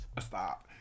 Stop